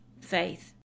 faith